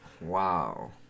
Wow